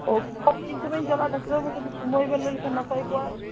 ᱛᱤ ᱨᱮᱪᱚᱵᱮᱱ ᱪᱟᱞᱟᱜᱼᱟ ᱰᱟᱠᱛᱟᱨ ᱵᱟᱵᱩ ᱠᱟᱹᱴᱤᱧ ᱥᱩᱢᱟᱹᱭ ᱵᱮᱱ ᱞᱟᱹᱭ ᱞᱮᱠᱷᱟᱱ ᱱᱟᱯᱟᱭ ᱠᱚᱜᱼᱟ